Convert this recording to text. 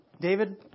David